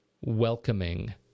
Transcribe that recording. welcoming